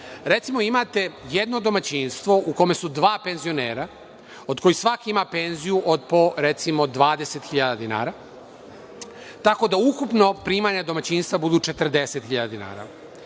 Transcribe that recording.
Recimo, imate jedno domaćinstvo u kome su dva penzionera od po kojih svaki ima penziju od po, recimo, 20.000 dinara, tako da ukupna primanja domaćinstva budu 40.000 dinara.